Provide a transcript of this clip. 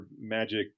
magic